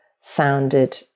sounded